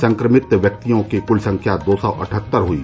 संक्रमित व्यक्तियों की कुल संख्या दो सौ अठहत्तर हुई